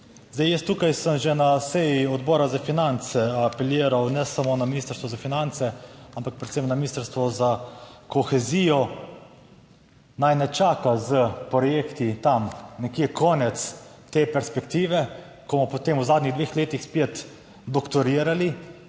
jaz tukaj sem že na seji Odbora za finance apeliral, ne samo na Ministrstvo za finance, ampak predvsem na Ministrstvo za kohezijo, naj ne čaka s projekti tam nekje konec te perspektive, ko bomo potem v zadnjih dveh letih spet doktorirali,